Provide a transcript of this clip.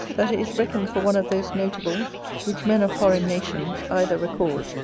that it is reckoned for one of those notables which men of foreign nations either record,